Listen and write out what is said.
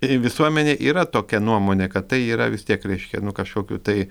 ir į visuomenę yra tokia nuomonė kad tai yra vis tiek reiškia nu kažkokių tai